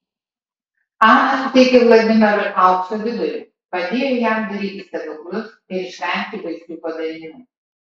ana suteikė vladimirui aukso vidurį padėjo jam daryti stebuklus ir išvengti baisių padarinių